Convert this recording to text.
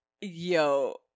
Yo